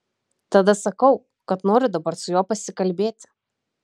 tada sakau kad noriu dabar su juo pasikalbėti